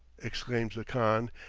exclaims the khan,